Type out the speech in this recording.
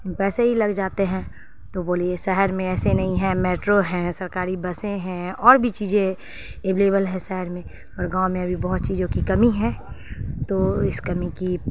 پیسے ہی لگ جاتے ہیں تو بولیے شہر میں ایسے نہیں ہیں میٹرو ہیں سرکاری بسیں ہیں اور بھی چیجیں ابلیبل ہیں شہر میں اور گاؤں میں ابھی بہت چیزوں کی کمی ہے تو اس کمی کی